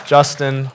Justin